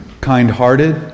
kind-hearted